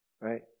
right